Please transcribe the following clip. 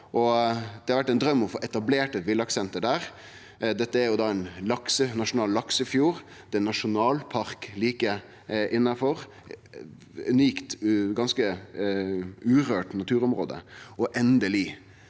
Det har vore ein draum å få etablert eit villakssenter der. Dette er ein nasjonal laksefjord, og det er ein nasjonalpark like innanfor – eit unikt, ganske urørt naturområde. Endeleg